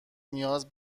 نیاز